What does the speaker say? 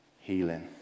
healing